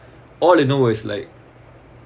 all you know was like